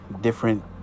different